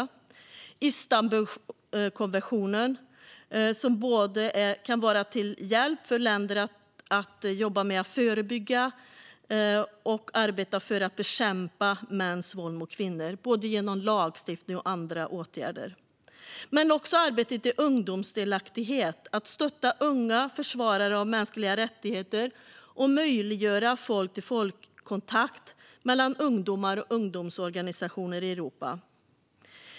Det är Istanbulkonventionen, som kan hjälpa länder att både förebygga och bekämpa mäns våld mot kvinnor genom lagstiftning och andra åtgärder. Det är också arbetet med ungdomsdelaktighet, att stötta unga försvarare av mänskliga rättigheter och att möjliggöra folk-till-folk-kontakt mellan ungdomar och ungdomsorganisationer i Europa.